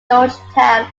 georgetown